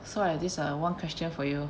so I have this uh one question for you